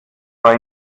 war